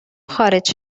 خارج